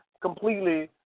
completely